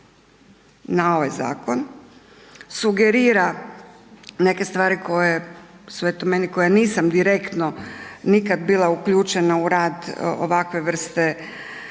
na ovaj zakon, sugerira neke stvari koje su eto meni koja nisam direktno nikad bila uključena u rad ovakve vrste